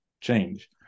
change